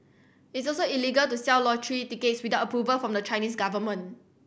it's also illegal to sell lottery decades without approval from the Chinese government